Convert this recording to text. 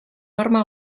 horma